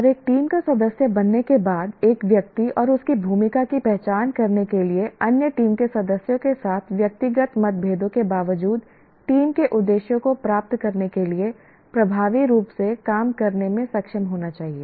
और एक टीम का सदस्य बनने के बाद एक व्यक्ति और उसकी भूमिका की पहचान करने के लिए अन्य टीम के सदस्यों के साथ व्यक्तिगत मतभेदों के बावजूद टीम के उद्देश्यों को प्राप्त करने के लिए प्रभावी रूप से काम करने में सक्षम होना चाहिए